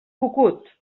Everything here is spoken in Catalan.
cucut